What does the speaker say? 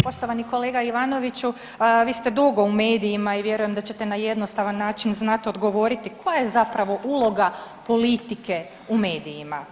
Poštovani kolega Ivanoviću, vi ste dugo u medijima i vjerujem da ćete na jednostavan način znati odgovoriti koja je zapravo uloga politike u medijima?